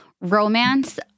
romance